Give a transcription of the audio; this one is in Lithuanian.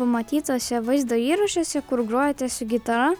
matytuose vaizdo įrašuose kur grojate su gitara